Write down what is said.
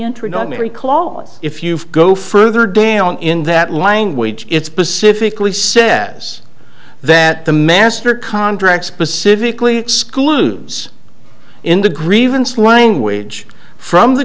introductory clause if you go further down in that language it's pacifically sadness that the master contract specifically excludes in the grievance language from the